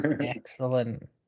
Excellent